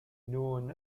known